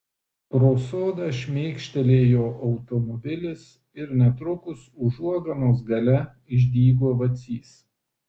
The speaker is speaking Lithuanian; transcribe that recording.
pro sodą šmėkštelėjo automobilis ir netrukus užuoganos gale išdygo vacys